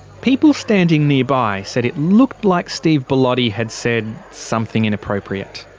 people standing nearby said it looked like steve bellotti had said something inappropriate.